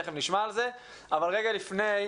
תיכף נשמע על זה אבל רגע לפני,